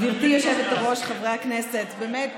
גברתי היושבת-ראש, חברי הכנסת, באמת